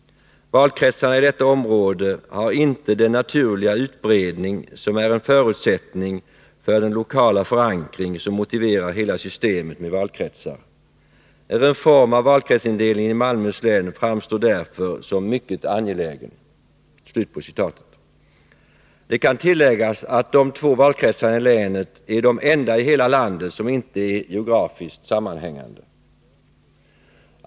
Valkretsarna i detta område har inte den naturliga utbredning som är en förutsättning för den lokala förankring som motiverar hela systemet med valkretsar. En reform av valkretsindelningen i Malmöhus län framstår därför som mycket angelägen.” Det kan tilläggas att de två valkretsarna i länet är de enda i hela landet som inte är geografiskt sammanhängande.